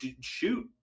shoot